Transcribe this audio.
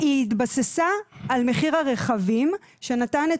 שהיא התבססה על מחיר הרכבים שנתן את